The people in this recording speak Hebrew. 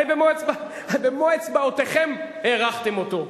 הרי במו אצבעותיכם הארכתם אותו.